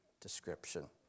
description